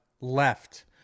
left